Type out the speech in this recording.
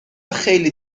خیلی